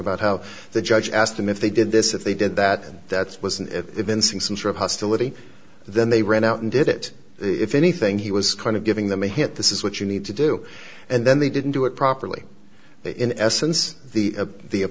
about how the judge asked them if they did this if they did that and that's was an evincing some sort of hostility then they ran out and did it if anything he was kind of giving them a hint this is what you need to do and then they didn't do it properly they in essence the